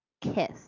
kiss